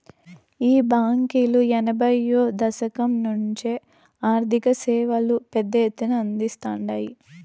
ఈ బాంకీలు ఎనభైయ్యో దశకం నుంచే ఆర్థిక సేవలు పెద్ద ఎత్తున అందిస్తాండాయి